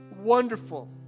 wonderful